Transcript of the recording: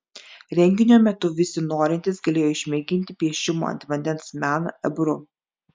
renginio metu visi norintys galėjo išmėginti piešimo ant vandens meną ebru